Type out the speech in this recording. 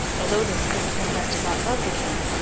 although this good princess did not love the king,